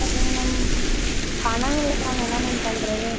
சரிங்க மேம் பணம் இல்லை மேம் என்ன மேம் பண்ணுறது